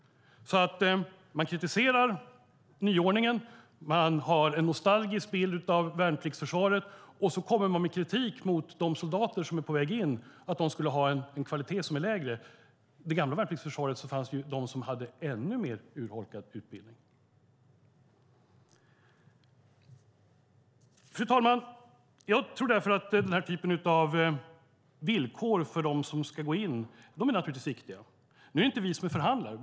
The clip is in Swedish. Man kritiserar alltså nyordningen och har en nostalgisk bild av värnpliktsförsvaret och så kommer man med kritik mot de soldater som är på väg in att deras meriter skulle ha en lägre kvalitet. I det gamla värnpliktsförsvaret fanns de som hade ännu mer urholkad utbildning. Fru talman! Jag tror därför att den här typen av villkor för dem som ska gå in är viktiga. Nu är det inte vi som är förhandlare.